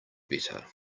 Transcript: better